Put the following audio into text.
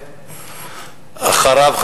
ואחריו,